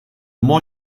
more